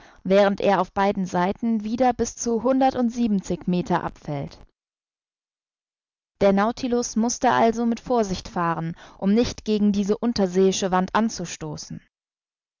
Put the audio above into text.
während er auf beiden seiten wieder bis zu hundertundsiebenzig meter abfällt der nautilus mußte also mit vorsicht fahren um nicht gegen diese unterseeische wand anzustoßen